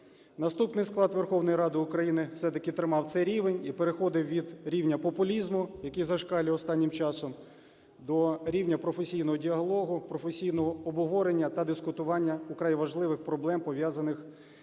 наступний склад Верховної Ради України все-таки тримав цей рівень і переходив від рівня популізму, який зашкалює останнім часом, до рівня професійного діалогу, професійного обговорення та дискутування вкрай важливих проблем, пов'язаних